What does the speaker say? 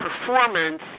performance